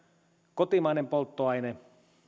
kotimainen polttoaine